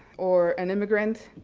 or an immigrant,